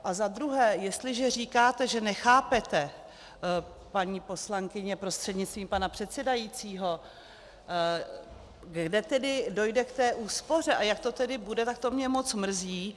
A za druhé, jestliže říkáte, že nechápete, paní poslankyně prostřednictvím pana předsedajícího, kde tedy dojde k té úspoře a jak to tedy bude, tak to mě moc mrzí.